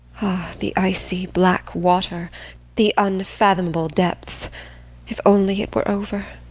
the icy, black water the unfathomable depths if only it were over!